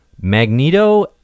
Magneto